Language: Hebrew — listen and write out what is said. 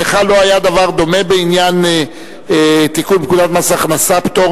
לך לא היה דבר דומה בעניין תיקון פקודת מס הכנסה (פטור